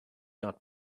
not